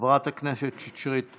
חברת הכנסת שטרית.